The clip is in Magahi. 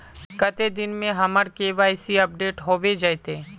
कते दिन में हमर के.वाई.सी अपडेट होबे जयते?